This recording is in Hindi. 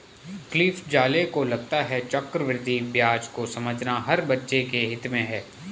क्लिफ ज़ाले को लगता है चक्रवृद्धि ब्याज को समझना हर बच्चे के हित में है